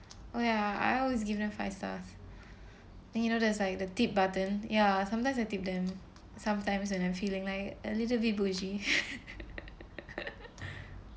oh ya I always give them five stars and you know there's like the tip button ya sometimes I tip them sometimes when I'm feeling like a little bit bo~